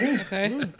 Okay